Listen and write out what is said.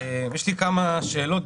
יש לי כמה שאלות.